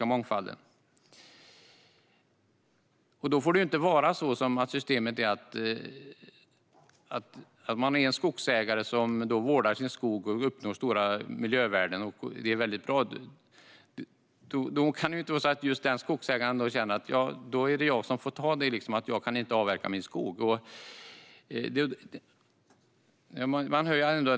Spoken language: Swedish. Det får inte vara så, som systemet är nu, att man som skogsägare vårdar sin skog och uppnår stora miljövärden men känner att man inte kan avverka sin skog.